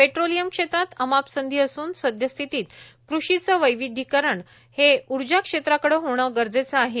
petroleum क्षेत्रात अमाप संधी असून सदयस्थितीत कृषीचं वैविध्यीकरण हे उर्जा क्षेत्राकडे होणे गरजेचं आहे